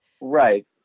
Right